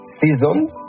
seasons